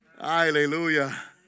Hallelujah